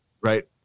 Right